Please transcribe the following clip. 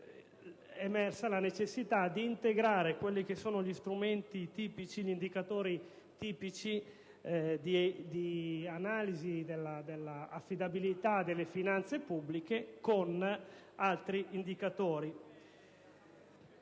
è emersa la necessità di integrare gli indicatori tipici di analisi della affidabilità delle finanze pubbliche con altri indicatori.